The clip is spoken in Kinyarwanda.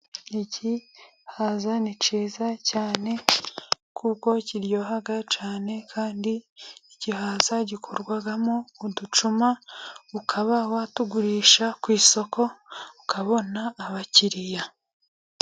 Igihaza ni cyiza cyane kuko kiryoha cyane, kandi igihaza gikorwamo uducuma, ukaba watugurisha ku isoko ukabona abakiriya.